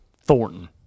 Thornton